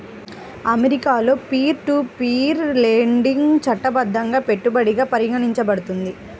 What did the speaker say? అమెరికాలో peer to peer lending చట్టబద్ధంగా పెట్టుబడిగా పరిగణించబడుతుంది